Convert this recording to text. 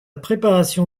préparation